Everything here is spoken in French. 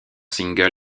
single